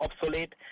obsolete